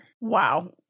Wow